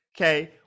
okay